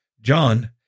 John